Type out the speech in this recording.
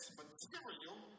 material